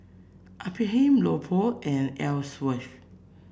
Ephraim Leopold and Elsworth